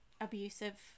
abusive